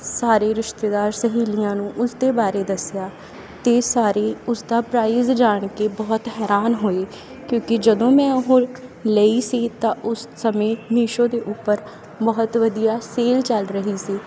ਸਾਰੇ ਰਿਸ਼ਤੇਦਾਰ ਸਹੇਲੀਆਂ ਨੂੰ ਉਸ ਦੇ ਬਾਰੇ ਦੱਸਿਆ ਤਾਂ ਸਾਰੇ ਉਸ ਦਾ ਪ੍ਰਾਈਜ਼ ਜਾਣ ਕੇ ਬਹੁਤ ਹੈਰਾਨ ਹੋਏ ਕਿਉਂਕਿ ਜਦੋਂ ਮੈਂ ਉਹ ਲਈ ਸੀ ਤਾਂ ਉਸ ਸਮੇਂ ਮੀਸ਼ੋ ਦੇ ਉੱਪਰ ਬਹੁਤ ਵਧੀਆ ਸੇਲ ਚੱਲ ਰਹੀ ਸੀ